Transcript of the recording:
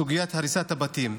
סוגיית הריסת הבתים.